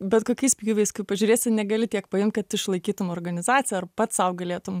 bet kokiais pjūviais kaip pažiūrėsi negali tiek paimt kad išlaikytum organizaciją ar pats sau galėtum